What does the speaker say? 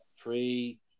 three